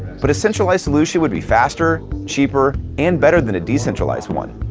but a centralized solution would be faster, cheaper, and better than a decentralized one.